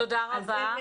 תודה רבה.